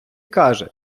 каже